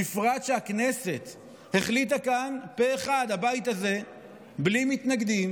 בפרט שהכנסת החליטה כאן בבית הזה פה אחד בלי מתנגדים